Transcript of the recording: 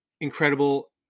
incredible